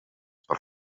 per